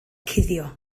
cuddio